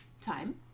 time